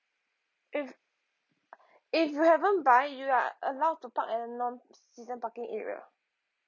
if if you haven't buy you are allowed to park at a non season parking area